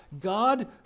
God